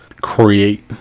create